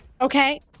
Okay